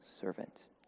servant